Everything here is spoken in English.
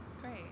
Great